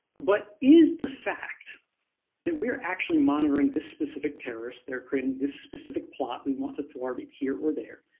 but is the fact that we are actually monitoring this specific terrorist they're creating this specific plot, we want to thwart it here or there